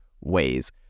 ways